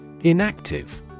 Inactive